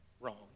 Wrong